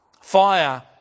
Fire